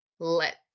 let